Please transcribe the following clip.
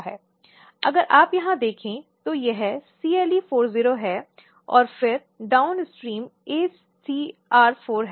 अगर आप यहां देखें तो यह CLE40 है और फिर डाउनस्ट्रीम ACR4 है